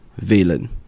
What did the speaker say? Valen